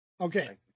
Okay